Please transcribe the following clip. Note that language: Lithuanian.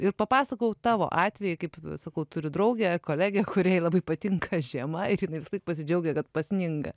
ir papasakojau tavo atvejį kaip sakau turiu draugę kolegę kuriai labai patinka žiema ir jinai visą laik pasidžiaugia kad pasninga